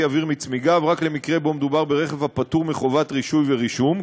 אוויר מצמיגיו רק למקרה שמדובר בו ברכב הפטור מחובת רישוי ורישום,